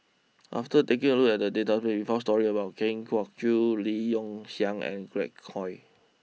after taking a look at the database we found stories about Kwa Geok Choo Lim Yong Liang and Glen Goei